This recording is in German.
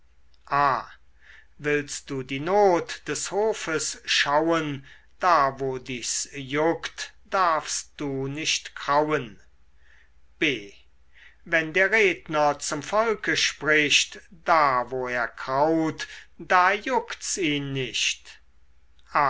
willst du die not des hofes schauen da wo dich's juckt darfst du nicht krauen b wenn der redner zum volke spricht da wo er kraut da juckt's ihn nicht